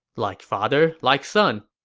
like father, like son